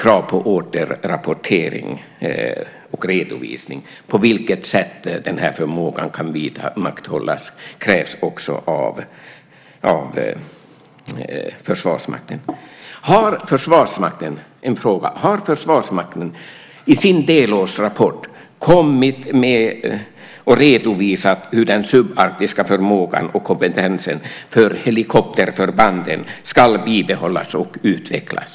Krav på återrapportering och redovisning avseende på vilket sätt den här förmågan kan vidmakthållas ställs också av Försvarsmakten. Har Försvarsmakten i sin delårsrapport redovisat hur den subarktiska förmågan och kompetensen för helikopterförbanden ska bibehållas och utvecklas?